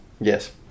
Yes